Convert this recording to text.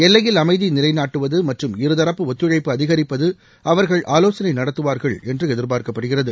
எல்லையில் அமைதி நிலைநாட்டுவது மற்றும் இரதரப்பு ஒத்துழைப்பு அதிகரிப்பது அவர்கள் ஆலோசனை நடத்துவார்கள் என்று எதிர்பார்க்கப்படுகிறது